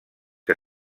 que